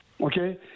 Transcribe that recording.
okay